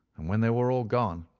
and when they were all gone,